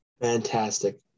Fantastic